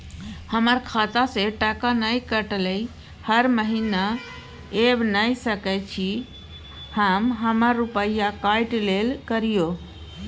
हमर खाता से टका नय कटलै हर महीना ऐब नय सकै छी हम हमर रुपिया काइट लेल करियौ?